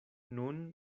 nun